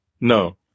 No